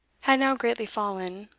had now greatly fallen,